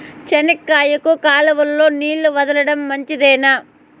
చెనక్కాయకు కాలువలో నీళ్లు వదలడం మంచిదేనా?